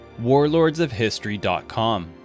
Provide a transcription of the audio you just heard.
warlordsofhistory.com